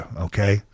okay